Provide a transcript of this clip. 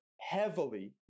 heavily